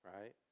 right